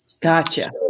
Gotcha